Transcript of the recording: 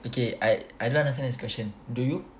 okay I I don't understand this question do you